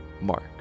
mark